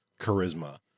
charisma